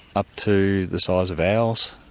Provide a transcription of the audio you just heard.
up to the size of owls,